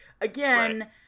Again